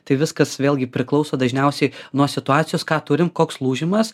tai viskas vėlgi priklauso dažniausiai nuo situacijos ką turim koks lūžimas